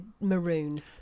maroon